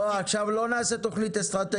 לא עכשיו לא נעשה תוכנית אסטרטגיה,